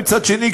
ומצד שני,